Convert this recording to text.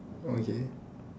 okay